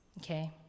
Okay